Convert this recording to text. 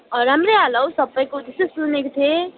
राम्रै आयो होला हौ सबैको त्यस्तै सुनेको थिएँ